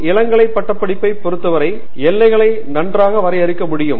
ஒரு இளங்கலை பட்டப்படிப்பை பொறுத்தவரை எல்லைகளை நன்றாக வரையறுக்க முடியும்